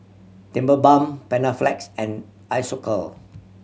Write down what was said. Tigerbalm Panaflex and Isocal